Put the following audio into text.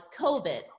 COVID